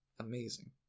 amazing